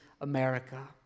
America